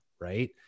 Right